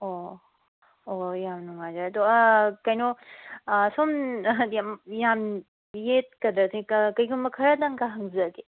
ꯑꯣ ꯍꯣꯏ ꯍꯣꯏ ꯌꯥꯝ ꯅꯨꯡꯉꯥꯏꯖꯔꯦ ꯑꯗꯣ ꯀꯩꯅꯣ ꯁꯨꯝ ꯌꯥꯝ ꯌꯦꯠꯀꯗ꯭ꯔ ꯀꯩꯒꯨꯝꯕ ꯈꯔꯗꯪꯒ ꯍꯪꯖꯒꯦ